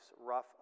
rough